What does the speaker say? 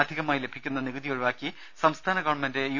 അധികമായി ലഭിക്കുന്ന നികുതി ഒഴിവാക്കി സംസ്ഥാന ഗവൺമെന്റ് യു